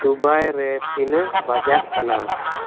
Dubai ᱨᱮ ᱛᱤᱱᱟᱹᱜ ᱵᱟᱡᱟᱜ ᱠᱟᱱᱟ